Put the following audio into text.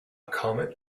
comet